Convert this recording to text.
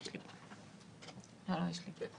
אנחנו היינו קצת רוצים ללכת